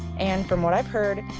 and from what i've heard,